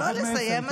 לא לסיים?